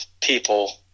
people